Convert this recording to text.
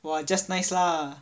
!wah! just nice lah